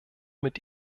mit